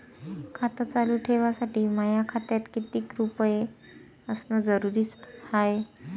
खातं चालू ठेवासाठी माया खात्यात कितीक रुपये असनं जरुरीच हाय?